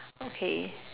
okay